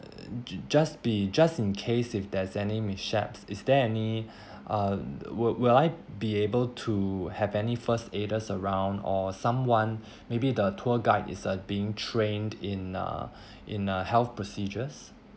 ju~ just be just in case if there's any mishaps is there any uh will will I be able to have any first aiders around or someone maybe the tour guide is a being trained in uh in a health procedures